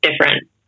different